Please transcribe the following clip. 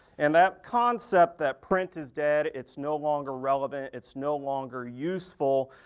and that concept that print is dead, it's no longer relevant, it's no longer useful.